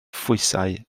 phwysau